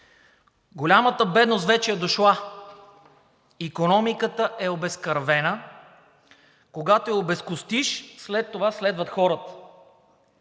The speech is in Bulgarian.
„Голямата бедност вече е дошла – икономиката е обезкървена, когато я обезкостиш, след това следват хората...“